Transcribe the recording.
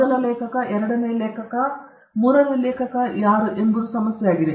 ಮೊದಲ ಲೇಖಕರು ಎರಡನೆಯ ಲೇಖಕ ಮತ್ತು ಮೂರನೇ ಲೇಖಕ ಯಾರು ಎಂಬುದು ಇದು ಒಂದು ಸಮಸ್ಯೆಯಾಗಿದೆ